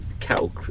cattle